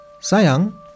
Sayang